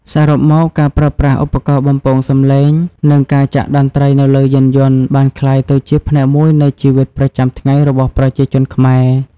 សរុបមក ការប្រើប្រាស់ឧបករណ៍បំពងសម្លេង និងការចាក់តន្រ្តីនៅលើយានយន្តបានក្លាយទៅជាផ្នែកមួយនៃជីវិតប្រចាំថ្ងៃរបស់ប្រជាជនខ្មែរ។